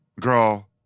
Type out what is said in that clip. Girl